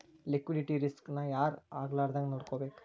Liquidity risk ನ ಯಾರ್ ಆಗ್ಲಾರ್ದಂಗ್ ನೊಡ್ಕೊಬೇಕು?